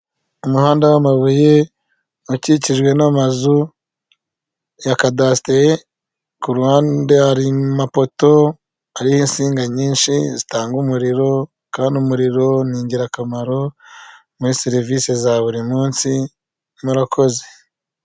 Umuhanda w'amabuye ukikijwe n'amazu ya kadasiteri ku ruhande hari amapoto, hariho insinga nyinshi zitanga umuriro, kandi umuriro ni ingirakamaro muri serivisi za buri munsi, murakoze.